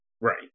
Right